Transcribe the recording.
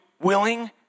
willing